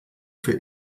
für